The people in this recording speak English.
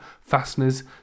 Fasteners